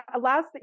last